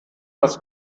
was